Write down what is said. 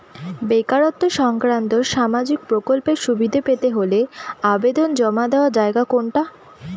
বেকারত্ব সংক্রান্ত সামাজিক প্রকল্পের সুবিধে পেতে হলে আবেদন জমা দেওয়ার জায়গা কোনটা?